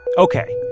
ok.